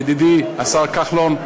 ידידי השר כחלון,